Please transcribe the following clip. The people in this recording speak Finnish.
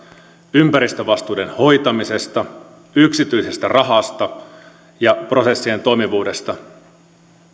ympäristövastuiden hoitamisesta yksityisestä rahasta ja prosessien toimivuudesta